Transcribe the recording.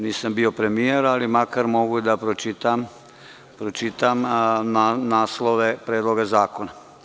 Nisam bio premijer, ali makar mogu da pročitam naslove predloga zakona.